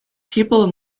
people